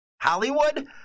Hollywood